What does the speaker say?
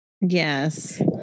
Yes